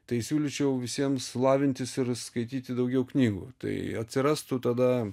tai siūlyčiau visiems lavintis ir skaityti daugiau knygų tai atsirastų tada